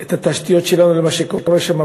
את התשתיות שלנו למה שקורה שם,